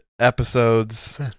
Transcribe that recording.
episodes